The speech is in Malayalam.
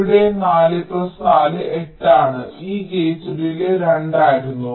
ഇവിടെ 4 4 8 ആണ് ഈ ഗേറ്റ് ഡിലേയ് 2 ആയിരുന്നു